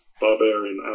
barbarian